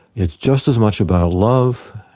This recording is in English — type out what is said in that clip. it's just as much about love,